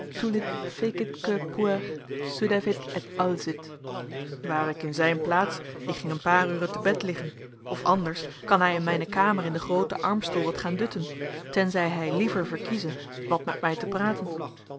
et alsit ware ik in zijn plaats ik ging een paar uren te bed liggen of anders kan hij in mijne kamer in den grooten armstoel wat gaan dutten tenzij hij liever verkieze wat met mij te praten